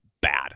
bad